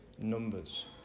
Numbers